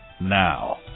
now